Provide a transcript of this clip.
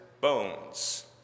bones